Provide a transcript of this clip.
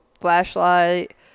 flashlight